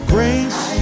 Grace